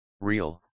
Real